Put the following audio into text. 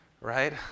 right